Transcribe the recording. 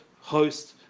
host